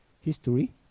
history